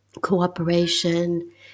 cooperation